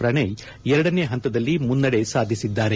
ಪ್ರಣಯ್ ಎರಡನೇ ಹಂತದಲ್ಲಿ ಮುನ್ನಡೆ ಸಾಧಿಸಿದ್ದಾರೆ